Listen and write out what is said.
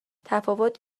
تفاوت